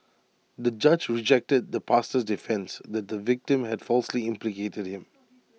the judge rejected the pastor's defence that the victim had falsely implicated him